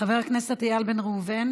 חבר הכנסת איל בן ראובן,